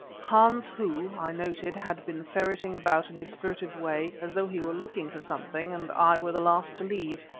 hans, who, i noted, had been ferreting about in his furtive way as though he were looking for something, and i were the last to leave.